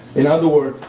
in other words,